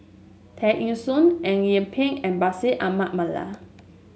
Tear Ee Soon Eng Yee Peng and Bashir Ahmad Mallal